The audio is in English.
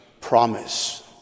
promise